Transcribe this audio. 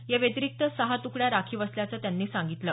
या व्यतिरिक्त सहा तुकड्या राखीव असल्याचं त्यांनी सांगितलं